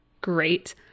great